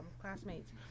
classmates